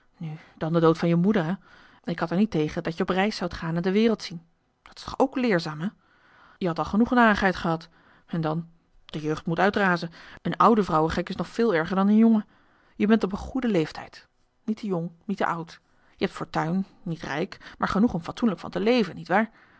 nu dan de dood van je moeder hè ik had er niet tegen dat je op reis zoudt gaan en de wereld zien dat is toch ook leerzaam hè je hadt al genoeg narigheid gehad en dan de jeugd moet uitrazen een oude vrouwegek is nog veel erger dan een jonge je bent op een goede leeftijd niet te jong niet te oud je hebt fortuin niet rijk maar genoeg om fatsoenlijk van te leven niewaar